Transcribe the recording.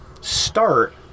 start